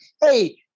hey